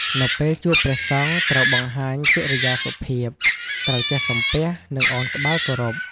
នៅពេលជួបព្រះសង្ឃត្រូវបង្ហាញកិរិយាសុភាព ត្រូវចេះសំពះ និងឱនក្បាលគោរព។